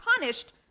punished